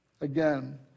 Again